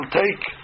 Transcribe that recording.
take